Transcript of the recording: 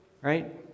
right